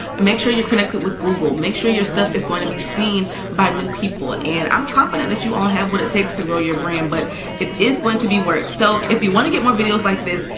make sure you connect it with google, make sure your stuff is gonna be seen by new people. and i'm confident that you all have what it takes to grow your brand, but it is going to be work. so if you wanna get more videos like this,